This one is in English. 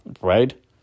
right